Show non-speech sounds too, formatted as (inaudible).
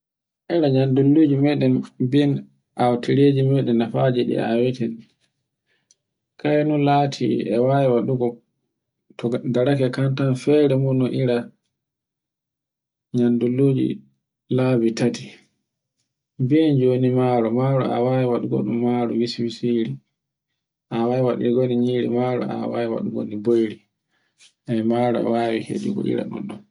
(noise) Ere nyandulluji meɗen bin autireji meɗen nafaji ɗe aweten. (noise) Kayno lati e wawi waɗugo to darake kantan fere mun no ira nyandulluji labi tati. Biyen joni maro, maro a wawi waɗugo ɗun maro wisiwisi ngel. A wai Waɗirgo ni nyir maro awai waɗogo ndi boyri. (noise) E maro e wawi heɗugo ira ɗun ɗon.